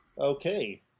Okay